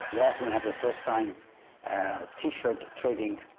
we're also gonna have the first-time t-shirt trading